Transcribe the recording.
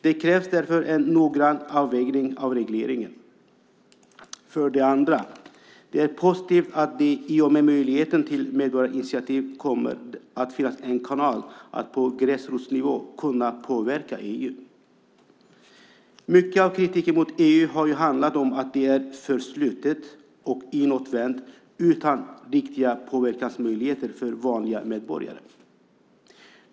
Det krävs därför en noggrann avvägning av regleringen. För det andra: Det är positivt att det i och med möjligheten till medborgarinitiativ kommer att finnas en kanal för att på gräsrotsnivå påverka EU. Mycket av kritiken mot EU har handlat om att det är för slutet och inåtvänt utan riktiga påverkansmöjligheter för vanliga medborgare.